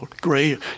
great